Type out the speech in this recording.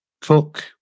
cook